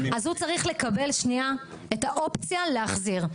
אז הוא צריך לקבל את האופציה להחזיר.